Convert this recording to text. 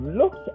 look